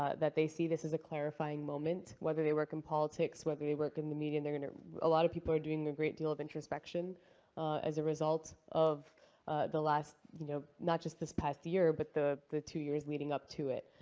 that they see this as a clarifying moment, whether they work in politics, whether they work in the media. there are a lot of people are doing a great deal of introspection as a result of the last, you know, not just this past year, but the the two years leading up to it.